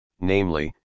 namely